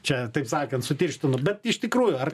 čia taip sakant sutirštinu bet iš tikrųjų ar